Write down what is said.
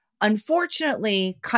unfortunately